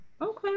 okay